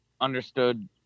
understood